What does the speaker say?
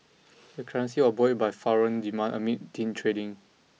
the currency was buoyed by foreign demand amid thin trading